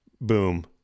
Boom